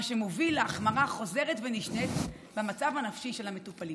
מה שמוביל להחמרה חוזרת ונשנית במצב הנפשי של המטופלים".